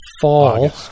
fall